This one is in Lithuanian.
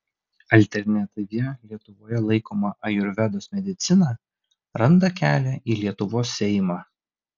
alternatyvia lietuvoje laikoma ajurvedos medicina randa kelią į lietuvos seimą